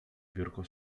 biurko